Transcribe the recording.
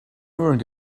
wearing